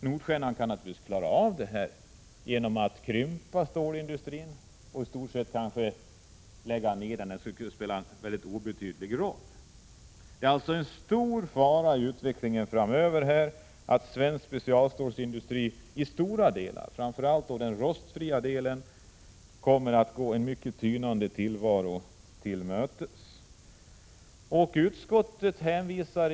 Nordstjernan kan naturligtvis klara av problemen genom att krympa stålindustrin och i stort sett lägga ned verksamheten — det skulle spela en obetydlig roll. Det föreligger alltså stor risk för att den svenska specialstålsindustrin — framför allt den rostfria delen — i stora delar kommer att gå en tynande tillvaro till mötes.